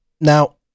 Now